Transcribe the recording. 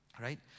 right